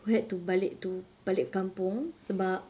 who had to balik to balik kampung sebab